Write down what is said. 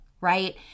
right